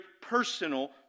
personal